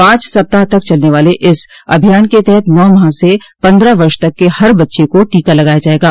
पाँच सप्ताह तक चलने वाले इस अभियान के तहत नौ माह से पन्द्रह वर्ष तक के हर बच्चे को टीका लगाया जायेगा